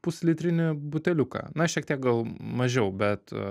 puslitrinį buteliuką na šiek tiek gal mažiau bet